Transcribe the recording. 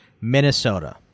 Minnesota